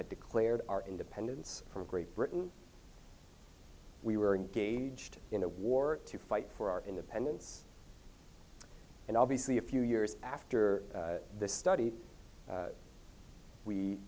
had declared our independence from great britain we were engaged in a war to fight for our independence and obviously a few years after this study